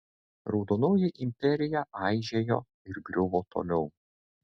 raudonoji imperija aižėjo ir griuvo toliau